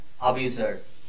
abusers